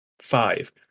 five